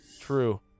True